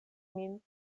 min